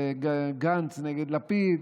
גנץ נגד לפיד,